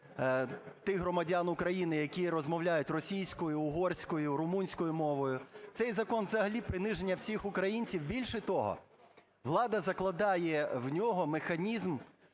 тих громадян України, які розмовляють російською, угорською, румунською мовою, цей закон взагалі приниження всіх українців. Більше того, влада закладає в нього механізм